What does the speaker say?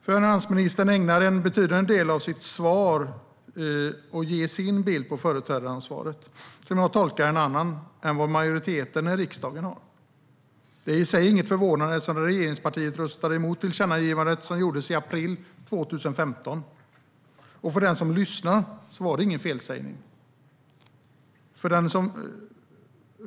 Finansministern ägnar en betydande del av sitt svar åt att ge sin bild av företrädaransvaret - som jag tolkar det är det en annan bild än vad majoriteten i riksdagen har. Det är i sig inget förvånande, eftersom regeringspartiet röstade emot det tillkännagivande som gjordes i april 2015. Jag kan säga till den som lyssnar: Det var ingen felsägning.